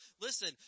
Listen